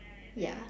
ya